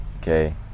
Okay